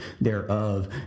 thereof